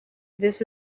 this